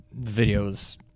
videos